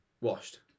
Washed